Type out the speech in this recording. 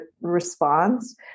response